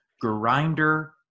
Grinder